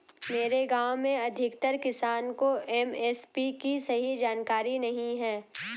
मेरे गांव में अधिकतर किसान को एम.एस.पी की सही जानकारी नहीं है